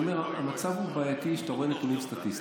המצב הוא בעייתי כשאתה רואה נתונים סטטיסטיים.